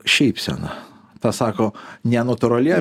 šypsena tą sako nenatūrali